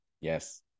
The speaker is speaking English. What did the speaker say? Yes